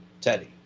Teddy